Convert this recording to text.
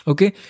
Okay